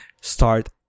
start